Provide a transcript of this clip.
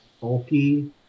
bulky